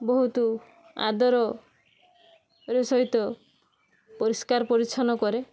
ବହୁତ ଆଦରରେ ସହିତ ପରିଷ୍କାର ପରିଚ୍ଛନ କରେ